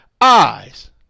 eyes